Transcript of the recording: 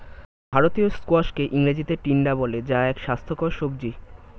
ভারতীয় স্কোয়াশকে ইংরেজিতে টিন্ডা বলে যা এক স্বাস্থ্যকর সবজি